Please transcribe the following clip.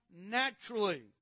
naturally